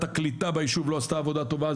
ועדת הקליטה בישוב לא עשתה עבודה טובה,